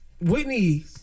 Whitney